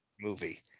movie